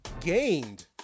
gained